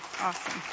awesome